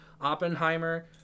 Oppenheimer